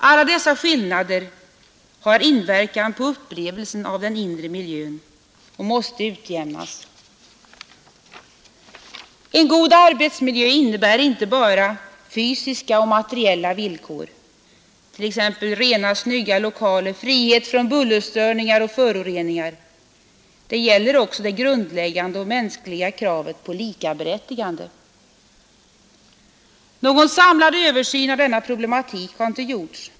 Alla dessa skillnader har inverkan på upplevelsen av den inre miljön och måste utjämnas. En god arbetsmiljö innebär inte bara fysiska och materiella villkor, t.ex. rena och snygga lokaler, frihet från bullerstörningar och föroreningar. Den gäller också det grundläggande och mänskliga kravet på likaberättigande. Någon samlad översyn över denna problematik har inte gjorts.